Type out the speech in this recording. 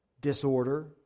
disorder